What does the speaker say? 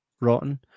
rotten